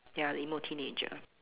ya the emo teenager